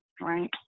right